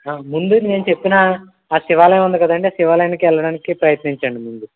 ముందు నేను చెప్పిన ఆ శివాలయం ఉంది కదండి ఆ శివాలయానికి వెళ్ళడానికి ప్రయత్నించండి ముందు